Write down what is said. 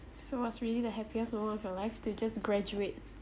so was really the happiest moment of your life to just graduate